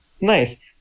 Nice